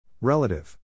Relative